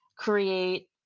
create